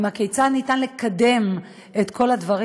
כיצד ניתן לקדם את כל הדברים.